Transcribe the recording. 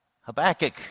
Habakkuk